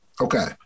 Okay